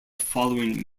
following